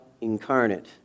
incarnate